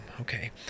okay